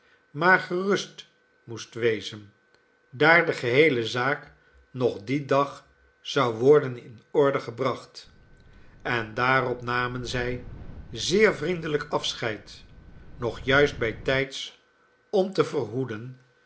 maar gerust moest wezen daar de geheele zaak nog dien dag zou worden in orde gebracht en daarop namen zij zeer vriendelijk afscheid nog juist bijtijds om te verhoeden